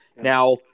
Now